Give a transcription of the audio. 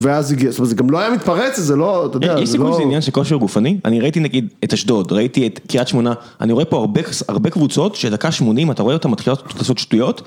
ואז הגיע, זאת אומרת, זה גם לא היה מתפרץ, זה לא, אתה יודע, זה לא... יש סיכוי שזה עניין של כושר גופני? אני ראיתי, נגיד, את אשדוד, ראיתי את קרית שמונה, אני רואה פה הרבה קבוצות, שדקה שמונים אתה רואה אותן מתחילות לעשות שטויות?